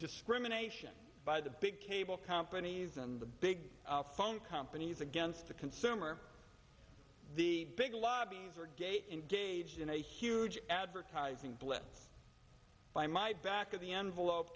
discrimination by the big cable companies and the big phone companies against the consumer the big lobbies are gate engaged in a huge advertising blitz by my back of the envelope